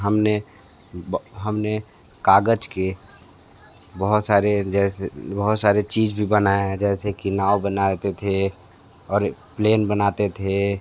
हमने बा हमने कागज़ के बहुत सारे जैसे बहुत सारे चीज़ भी बनाया है जैसे कि नाव बनाते थे और प्लेन बनाते थे